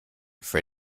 for